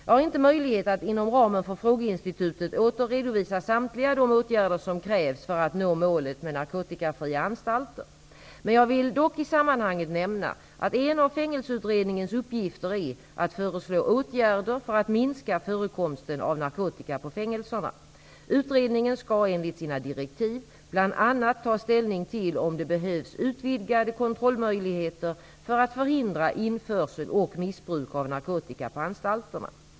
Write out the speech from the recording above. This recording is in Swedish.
Jag har inte möjlighet att inom ramen för frågeinstitutet åter redovisa samtliga de åtgärder som krävs för att nå målet med narkotikafria anstalter. Men jag vill dock i sammanhanget nämna att en av Fängelseutredningens uppgifter är att föreslå åtgärder för att minska förekomsten av narkotika på fängelserna. Utredningen skall enligt sina direktiv bl.a. ta ställning till om det behövs utvidgade kontrollmöjligheter för att förhindra införsel och missbruk av narkotika på anstalterna.